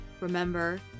remember